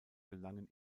gelangen